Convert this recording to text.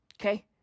Okay